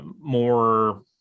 more